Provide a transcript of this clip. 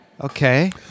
Okay